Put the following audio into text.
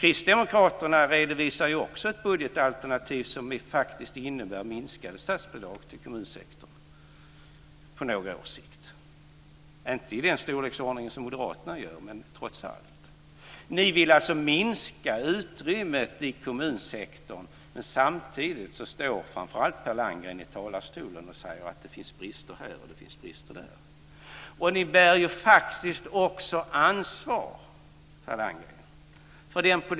Kristdemokraterna redovisar också ett budgetalternativ som innebär minskade statsbidrag till kommunsektorn på några års sikt, inte i samma storleksordning som moderaterna, men trots allt. Samtidigt säger ni, framför allt Per Landgren, att det finns brister på olika håll.